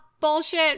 bullshit